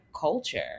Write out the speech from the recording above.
culture